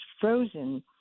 frozen